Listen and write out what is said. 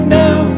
now